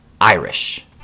Irish